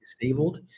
disabled